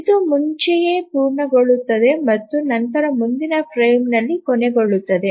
ಇದು ಮುಂಚೆಯೇ ಪೂರ್ಣಗೊಳ್ಳುತ್ತದೆ ಮತ್ತು ನಂತರ ಮುಂದಿನ ಫ್ರೇಮ್ ಇಲ್ಲಿ ಕೊನೆಗೊಳ್ಳುತ್ತದೆ